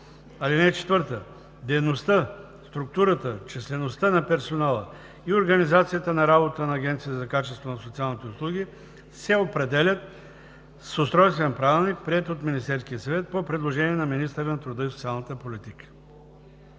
ниво; (4) Дейността, структурата, числеността на персонала и организацията на работата на Агенцията за качеството на социалните услуги се определят с устройствен правилник, приет от Министерския съвет по предложение на министъра на труда и социалната политика.“